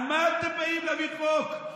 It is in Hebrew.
על מה אתם באים להעביר חוק,